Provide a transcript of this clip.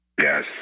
Yes